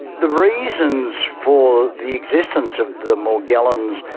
the reasons for the existence of the morgellons,